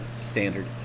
standard